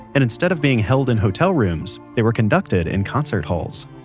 and instead of being held in hotel rooms, they were conducted in concert halls.